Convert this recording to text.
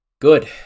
Good